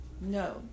No